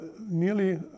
nearly